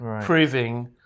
proving